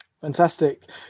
Fantastic